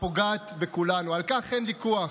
הפוגעת בכולנו, על כך אין ויכוח.